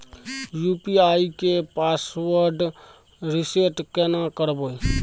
UPI के password reset केना करबे?